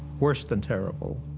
worse than terrible.